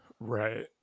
right